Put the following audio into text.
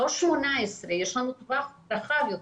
לא 18. יש לנו טווח רחב יותר.